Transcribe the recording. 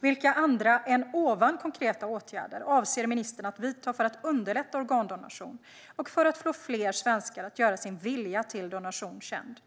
Vilka andra än ovan konkreta åtgärder avser ministern att vidta för att underlätta organdonation och för att få fler svenskar att göra sin vilja till donation känd?